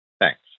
Thanks